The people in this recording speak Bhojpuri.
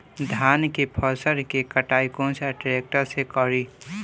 धान के फसल के कटाई कौन सा ट्रैक्टर से करी?